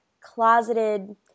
closeted